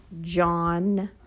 John